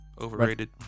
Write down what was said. Overrated